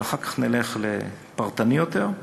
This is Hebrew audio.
אבל אחר כך נלך לפרטני יותר.